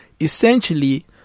essentially